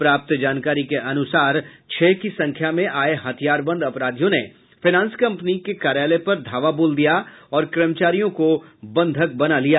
प्राप्त जानकारी के अनुसार छह की संख्या में आये हथियारबंद अपराधियों ने फाईनेंस कम्पनी के कार्यालय पर धावा बोल दिया और कर्मचारियों को बंधक लिया